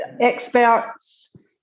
experts